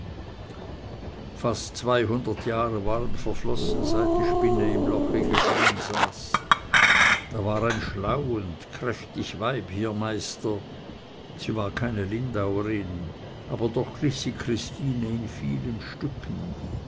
fast zweihundert jahre waren verflossen seit die spinne im loche gefangensaß da war ein schlau und kräftig weib hier meister sie war keine lindauerin aber doch glich sie christine in vielen stücken